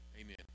Amen